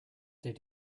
did